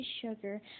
sugar